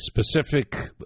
specific